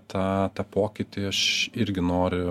tą tą pokytį aš irgi noriu